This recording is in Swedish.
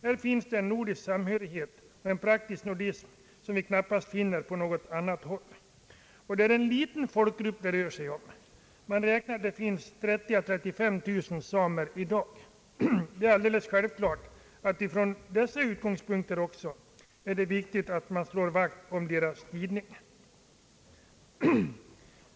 Här finns en nordisk samhörighet, en praktisk nordism som man knappast möter på något annat håll. Och det rör sig om en liten folkgrupp — man beräknar att det i dag finns 30 000 å 35 000 samer. Från dessa utgångspunkter och att det är en liten folkgrupp är självklart viktigt att man slår vakt om deras tidning.